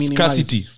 Scarcity